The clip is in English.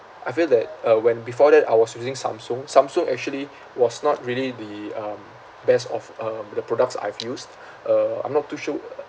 I feel that uh when before that I was using samsung samsung actually was not really the um best of um the products I've used uh I'm not too sure